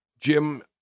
Jim